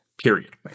period